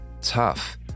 tough